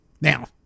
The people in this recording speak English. Now